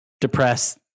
depressed